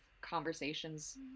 conversations